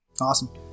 awesome